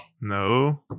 no